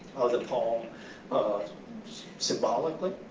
of the poem um ah symbolically,